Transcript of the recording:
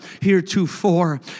heretofore